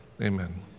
Amen